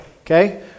okay